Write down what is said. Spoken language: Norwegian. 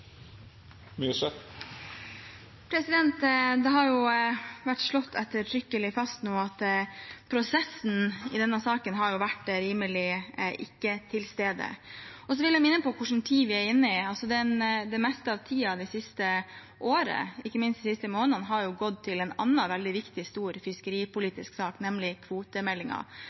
grunnlag. Det har jo nå vært slått ettertrykkelig fast at prosessen i denne saken har vært rimelig ikke til stede. Jeg vil minne om hva slags tid vi er inne i. Det meste av tiden det siste året, ikke minst de siste månedene, har gått til en annen veldig viktig, stor fiskeripolitisk sak, nemlig